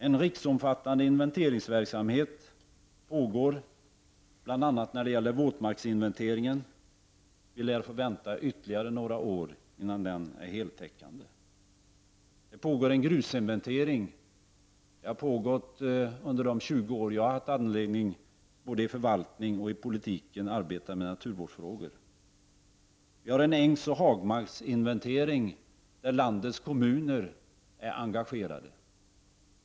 En riksomfattande inventeringsverksamhet pågår bl.a. när det gäller våtmarkerna. Vi lär få vänta ytterligare några år innan den är heltäckande. Det pågår en grusinventering. Den har pågått under de 20 år som jag har haft anledning att i förvaltning och politik arbeta med naturvårdsfrågor. Vi har en ängsoch hagmarksinventering där landets kommuner är engagerade.